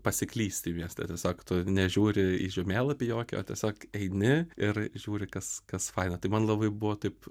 pasiklysti mieste tiesiog tu nežiūri į žemėlapį jokį o tiesiog eini ir žiūri kas kas faina tai man labai buvo taip